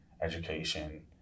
education